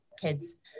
kids